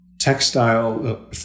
textile